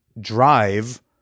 drive